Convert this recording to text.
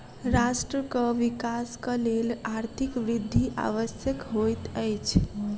राष्ट्रक विकासक लेल आर्थिक वृद्धि आवश्यक होइत अछि